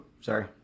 Sorry